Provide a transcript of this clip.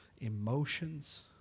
emotions